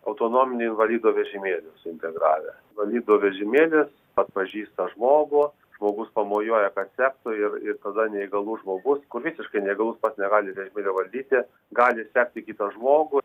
autonominiu invalido vežimėliu suintegravę valido vežimėlis atpažįsta žmogų žmogus pamojuoja kad sektų ir ir tada neįgalus žmogus visiškai neįgalus pats negali vežimėlio valdyti gali sekti kitą žmogų